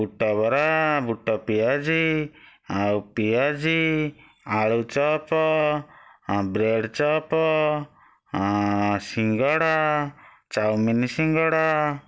ବୁଟ ବରା ବୁଟ ପିଆଜି ଆଉ ପିଆଜି ଆଳୁଚପ୍ ବ୍ରେଡ଼ଚପ୍ ସିଙ୍ଗଡ଼ା ଚାଓମିନ୍ ସିଙ୍ଗଡ଼ା